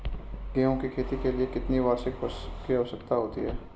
गेहूँ की खेती के लिए कितनी वार्षिक वर्षा की आवश्यकता होती है?